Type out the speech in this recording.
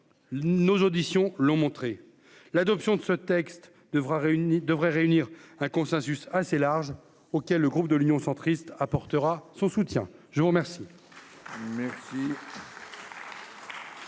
nos auditions l'ont montré, l'adoption de ce texte devra devrait réunir un consensus assez large : OK, le groupe de l'Union centriste apportera son soutien, je vous remercie.